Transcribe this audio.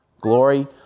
glory